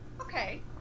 Okay